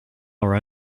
our